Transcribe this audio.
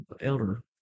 elder